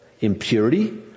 impurity